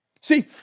See